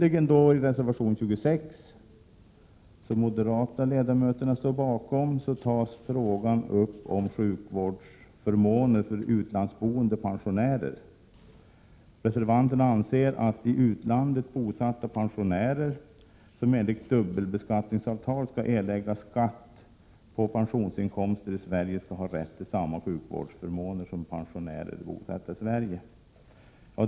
I reservation 26 slutligen, som de moderata ledamöterna står bakom, tas frågan upp om sjukvårdsförmåner för utlandsboende pensionärer. Reservanterna anser att i utlandet bosatta pensionärer, som enligt dubbelbeskattningsavtal skall erlägga skatt på pensionsinkomster i Sverige, skall ha rätt till samma sjukvårdsförmåner som pensionärer bosatta i Sverige.